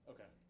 Okay